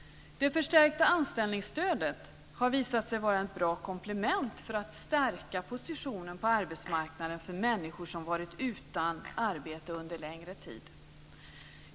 Det förstärkta anställningsstödet har visat sig vara ett bra komplement för att stärka positionen på arbetsmarknaden för människor som varit utan arbete under längre tid.